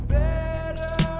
better